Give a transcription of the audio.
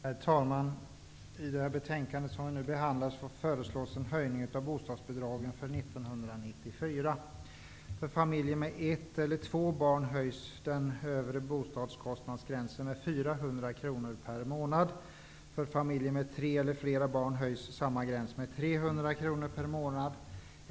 Herr talman! I det betänkande som vi nu behandlar föreslås en höjning av bostadsbidragen för 1994. För familjer med tre eller fler barn höjs samma gräns med 300 kr per månad.